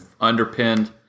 underpinned